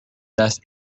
دست